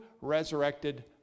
resurrected